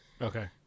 Okay